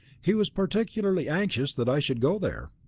he was particularly anxious that i should go there.